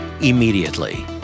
immediately